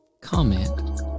Comment